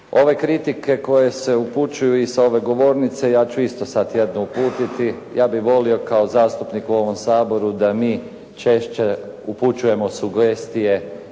Ove kritike koje se upućuju i sa ove govornice ja ću isto sada jednu uputiti, ja bih volio kao zastupnik u ovom Saboru da mi češće upućujemo sugestije